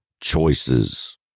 choices